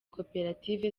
koperative